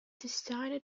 designed